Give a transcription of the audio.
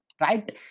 right